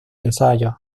ensayos